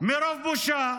מרוב בושה,